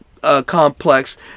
complex